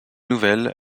nouvelle